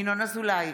ינון אזולאי,